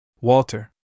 Walter